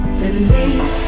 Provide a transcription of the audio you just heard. believe